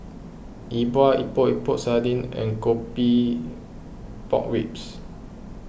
E Bua Epok Epok Sardin and Coffee Pork Ribs